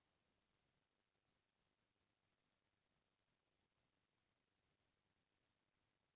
Hybrid बीज हा आरूग बीज के तुलना मा कतेक फायदा कराथे किसान मन ला?